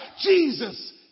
Jesus